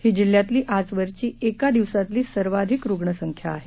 ही जिल्ह्यातली आजवरची एका दिवसातली सर्वाधिक रुग्णसंख्या आहे